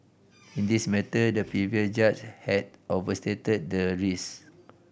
in this matter the previous judge had overstated the risk